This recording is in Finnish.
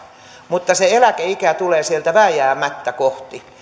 mutta se eläkeikä tulee sieltä vääjäämättä kohti